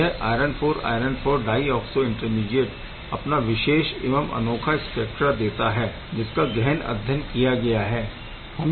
यह iron IV iron IV dioxo intermediate अपना विशेष एवं अनोखा स्पेक्ट्रा देता है जिसका गहन अध्ययन किया गया है